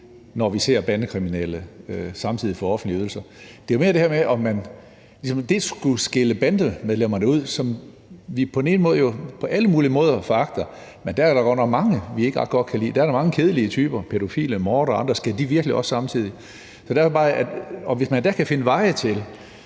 når vi ser, at bandekriminelle samtidig får offentlige ydelser. Det er jo mere det her med, om man skulle skille bandemedlemmerne ud, som vi på alle mulige måder foragter. Men der er da godt nok mange, vi ikke ret godt kan lide; der er da mange kedelige typer, pædofile, mordere og andre. Og hvis man kan finde veje til,